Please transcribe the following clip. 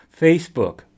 Facebook